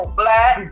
black